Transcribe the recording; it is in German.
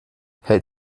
hält